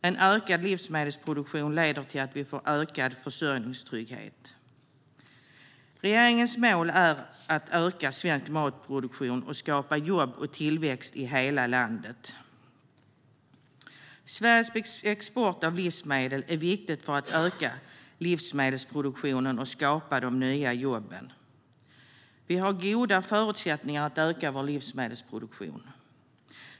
En ökad livsmedelsproduktion leder till att vi får en ökad försörjningstrygghet. Regeringens mål är att öka svensk matproduktion och skapa jobb och tillväxt i hela landet. Sveriges export av livsmedel är viktig för att öka livsmedelsproduktionen och skapa de nya jobben. Vi har goda förutsättningar att öka vår livsmedelsproduktion.